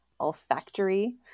olfactory